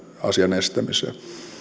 asian estämiseen